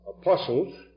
Apostles